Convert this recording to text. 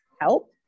help